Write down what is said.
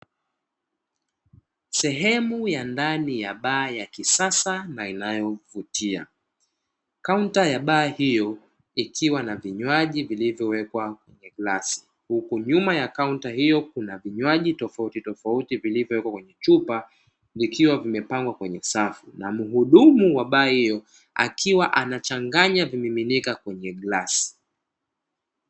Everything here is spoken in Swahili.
Sehemu ya ndani ya baa ya kisasa na inayovutia. Kaunta ya baa hiyo ikiwa na vinywaji vilivyowekwa kwenye glasi, huku nyuma ya kaunta hiyo kuna vinywaji tofautitofauti vilivyowekwa kwenye chupa, vikiwa vimepangwa kwenye safu na mhudumu wa baa hiyo akiwa anachanganya vimiminika kwenye glasi.